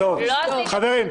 משותפת.